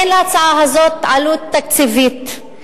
אין להצעה הזאת עלות תקציבית,